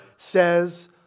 says